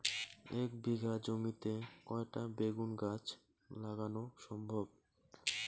এক বিঘা জমিতে কয়টা বেগুন গাছ লাগানো সম্ভব?